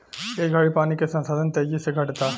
ए घड़ी पानी के संसाधन तेजी से घटता